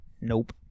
Nope